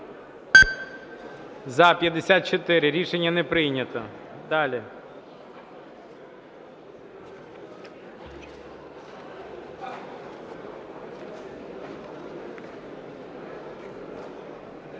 За-54 Рішення не прийнято.